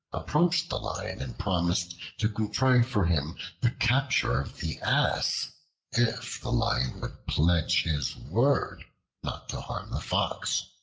approached the lion and promised to contrive for him the capture of the ass if the lion would pledge his word not to harm the fox.